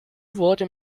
wurde